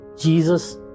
Jesus